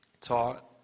taught